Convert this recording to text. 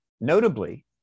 notably